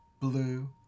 blue